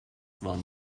waren